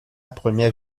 première